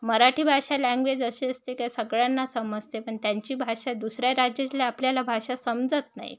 मराठी भाषा लँग्वेज अशी असते काय सगळ्यांना समजते पण त्यांची भाषा दुसऱ्या राज्यातल्या आपल्याला भाषा समजत नाही